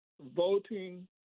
voting